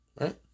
right